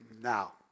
now